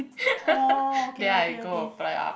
orh okay okay okay